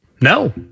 No